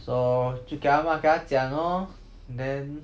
so 就给他骂给他讲 lor then